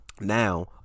Now